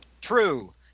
True